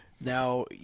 Now